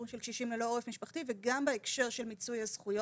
של קשישים ללא עורף משפחתי וגם בהקשר של מיצוי הזכויות.